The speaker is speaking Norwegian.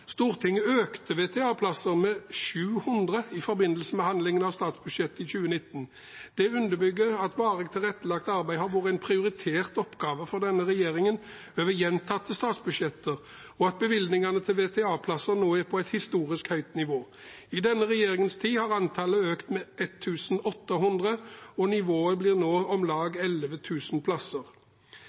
Stortinget økte antallet VTA-plasser med 700 i forbindelse med behandlingen av statsbudsjettet for 2019. Det underbygger at varig tilrettelagt arbeid har vært en prioritert oppgave for denne regjeringen over gjentatte statsbudsjetter, og at bevilgningene til VTA-plasser nå er på et historisk høyt nivå. I denne regjeringens tid har antallet økt med 1 800, og nivået blir nå om lag 11 000 plasser.